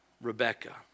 Rebecca